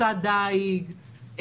מסע דיג,